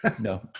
No